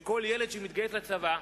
שכל ילד שמתגייס לצבא,